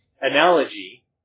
analogy